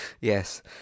yes